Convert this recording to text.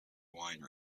wine